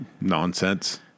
nonsense